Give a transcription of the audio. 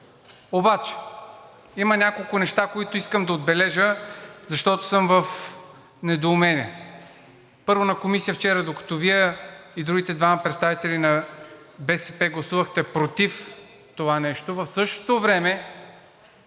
Обаче има няколко неща, които искам да отбележа, защото съм в недоумение. Първо, в Комисията вчера, докато Вие и другите двама представители на БСП гласувахте „против“ това нещо, в същото време